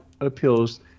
appeals